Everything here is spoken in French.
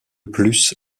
plus